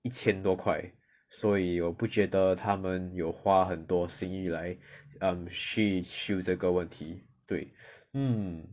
一千多块所以我不觉得他们有花很多心意来 um 去修这个问题对 mm